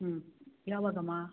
ಹ್ಞೂ ಯಾವಾಗಮ್ಮಾ